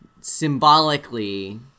Symbolically